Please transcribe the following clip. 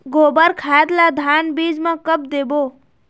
गोबर खाद ला धान बीज म कब देबो?